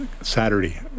Saturday